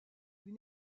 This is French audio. une